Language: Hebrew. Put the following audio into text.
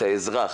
האזרח